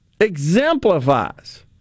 exemplifies